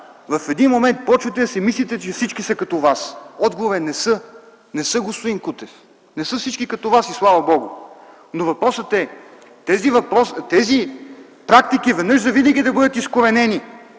в един момент започвате да си мислите, че всички са като Вас. Отговорът е, че не са. Не са, господин Кутев, не са всички като Вас и, слава Богу! Но въпросът е тези практики веднъж завинаги да бъдат изкоренени,